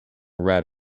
red